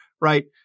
right